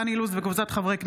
דן אילוז וקבוצת חברי הכנסת,